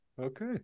Okay